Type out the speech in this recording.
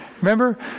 Remember